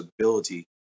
ability